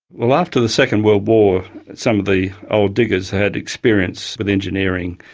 well, after the second world war some of the old diggers had experience with engineering,